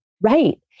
Right